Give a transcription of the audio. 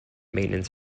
maintenance